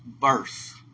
verse